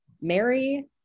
Mary